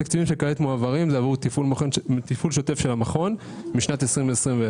התקציבים שכעת מועברים זה עבור תפעול שוטף של המכון משנת 2021,